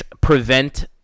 prevent